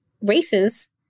races